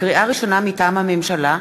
לקריאה ראשונה, מטעם הממשלה: